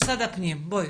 משרד הפנים, בואי.